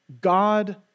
God